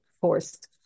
forced